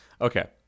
Okay